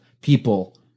people